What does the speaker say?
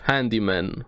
Handyman